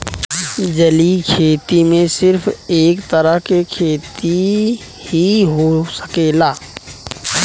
जलीय खेती में सिर्फ एक तरह के खेती ही हो सकेला